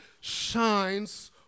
shines